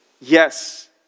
Yes